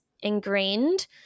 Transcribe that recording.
ingrained